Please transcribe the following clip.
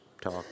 talk